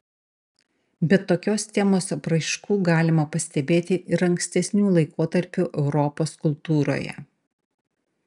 bet tokios temos apraiškų galima pastebėti ir ankstesnių laikotarpių europos kultūroje